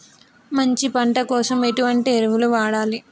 మంచి పంట కోసం ఎటువంటి ఎరువులు వాడాలి?